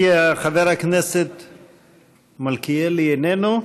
כי חשוב להם מאוד רישיון הנהיגה,